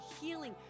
healing